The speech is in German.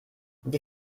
die